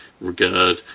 regard